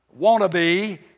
wannabe